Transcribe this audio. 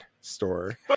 store